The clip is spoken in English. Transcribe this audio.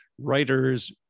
writers